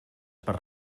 per